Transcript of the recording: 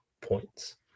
points